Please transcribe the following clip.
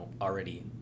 already